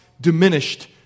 diminished